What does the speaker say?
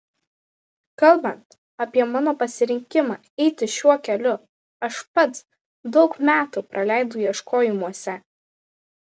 kalbant apie mano pasirinkimą eiti šiuo keliu aš pats daug metų praleidau ieškojimuose